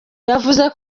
yavuze